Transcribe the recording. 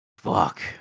Fuck